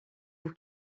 pour